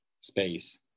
space